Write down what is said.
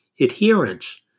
Adherence